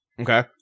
Okay